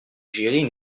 gérer